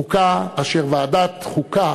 חוקה אשר ועדת החוקה,